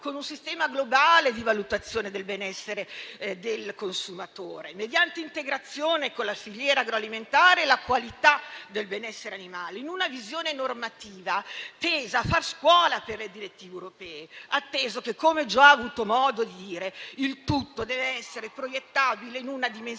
con un sistema globale di valutazione del benessere del consumatore, mediante integrazione con la filiera agroalimentare e la qualità del benessere animale, in una visione normativa tesa a far scuola per le direttive europee, atteso che - come ho già avuto modo di dire - il tutto deve essere proiettabile in una dimensione